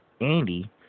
Andy